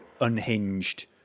unhinged